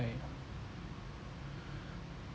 right